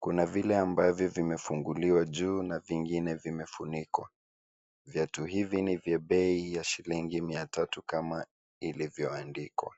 Kuna vile ambavyo vimefunguliwa juu na vingine vimetundikwa. Viatu hivi ni vya bei ya shilingi mia tatu kama ilivyoandikwa.